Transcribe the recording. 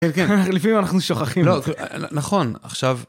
כן, כן, לפעמים אנחנו שוכחים. לא, נכון, עכשיו...